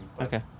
Okay